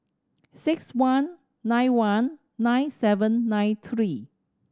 six one nine one nine seven nine three